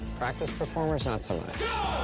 practice performers not so